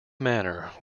manor